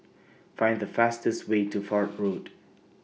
Find The fastest Way to Fort Road